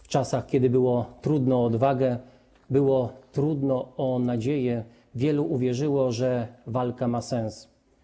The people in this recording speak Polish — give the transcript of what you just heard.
W czasach, kiedy było trudno o odwagę, było trudno o nadzieję, wielu uwierzyło, że walka ma sens.